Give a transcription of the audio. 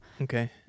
Okay